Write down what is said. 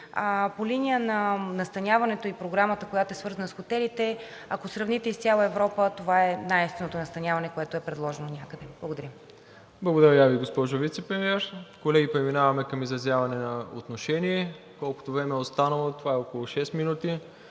По линия на настаняването и програмата, която е свързана с хотелите, ако сравните из цяла Европа, това е най-евтиното настаняване, което е предложено някъде. Благодаря. ПРЕДСЕДАТЕЛ МИРОСЛАВ ИВАНОВ: Благодаря Ви, госпожо Вицепремиер. Колеги, преминаваме към изразяване на отношение – колкото време е останало, това е около шест минути.